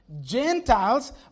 Gentiles